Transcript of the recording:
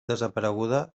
desapareguda